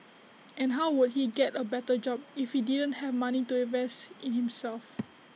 and how would he get A better job if he didn't have money to invest in himself